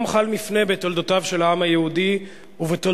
"היום חל מפנה בתולדותיו של העם היהודי ובתולדותיה